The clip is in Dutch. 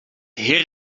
heer